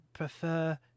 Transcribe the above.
Prefer